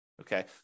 Okay